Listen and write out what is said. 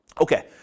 Okay